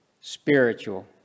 spiritual